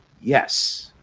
yes